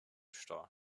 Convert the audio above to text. stau